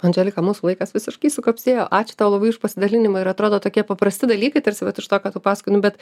andželika mūsų laikas visiškai sukapsėjo ačiū tau labai už pasidalinimą ir atrodo tokie paprasti dalykai tarsi vat iš to ką tu pasakoji nu bet